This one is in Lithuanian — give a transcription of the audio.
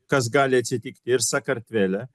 kas gali atsitikti ir sakartvele